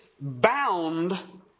bound